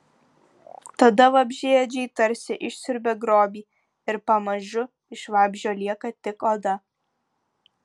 tada vabzdžiaėdžiai tarsi išsiurbia grobį ir pamažu iš vabzdžio lieka tik oda